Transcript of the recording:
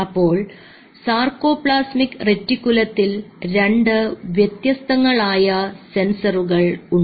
അപ്പോൾ സാർകോപ്ലാസ്മിക് റെറ്റികുലത്തിൽ രണ്ട് വ്യത്യസ്തങ്ങളായ സെൻസറുകൾ ഉണ്ട്